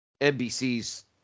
NBC's